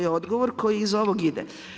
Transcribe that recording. To je odgovor koji iz ovog ide.